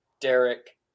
Derek